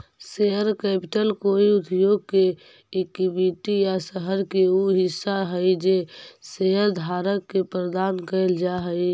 share capital कोई उद्योग के इक्विटी या शहर के उ हिस्सा हई जे शेयरधारक के प्रदान कैल जा हई